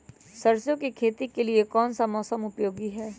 सरसो की खेती के लिए कौन सा मौसम उपयोगी है?